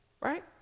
right